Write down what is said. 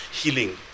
healing